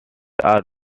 are